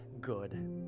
good